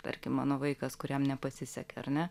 tarkim mano vaikas kuriam nepasisekė ar ne